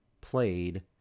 played